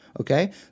okay